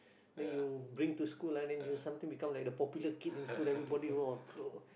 then you bring to school ah then you sometime become like the popular kid in school then everybody !wah!